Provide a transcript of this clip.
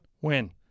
Win